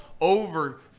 over